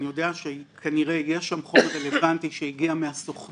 אני יודע שכנראה יש שם חומר רלוונטי שהגיע מהסוכנות,